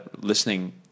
listening